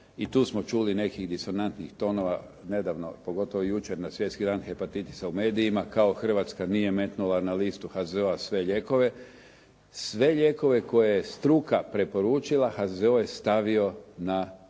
i tu smo čuli nekih disonantnih tonova nedavno pogotovo jučer na Svjetski dan hepatitisa u medijima kao Hrvatska nije metnula na listu HZZO-a sve lijekove. Sve lijekove koje je struka preporučila HZZO je stavio na